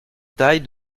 taille